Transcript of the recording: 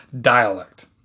dialect